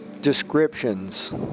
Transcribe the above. descriptions